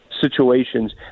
situations